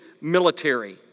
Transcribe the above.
military